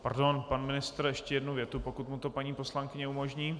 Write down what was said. Pardon, pan ministr ještě jednu větu, pokud mu to paní poslankyně umožní.